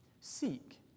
Seek